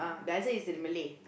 the answer is in Malay